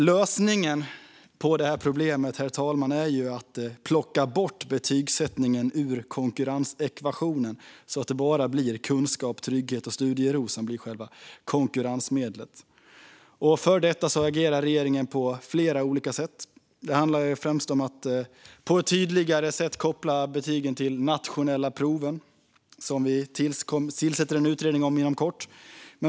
Lösningen på problemet är att plocka bort betygsättningen ur konkurrensekvationen så att bara kunskap, trygghet och studiero blir konkurrensmedel. För att uppnå detta agerar regeringen på flera olika sätt. Det handlar främst om att på ett tydligare sätt koppla betygen till nationella proven, och här tillsätts det inom kort en utredning.